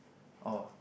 or